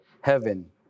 heaven